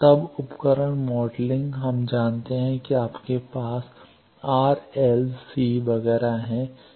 तब उपकरण मॉडलिंग हम जानते हैं कि आपके पास आर एल सी वगैरह हैं